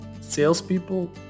Salespeople